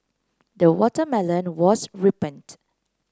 the watermelon was ripened